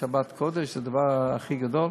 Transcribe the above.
שבת קודש זה הדבר הכי גדול,